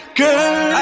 girl